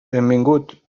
benvingut